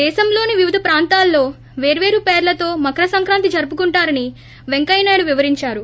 దేశంలోని వివిధ ప్రాంతాల్లో పేర్వేరు పేర్లతో మకర సంక్రాంతి జరుపుకుంటారని పెంకయ్యనాయుడు వివరించారు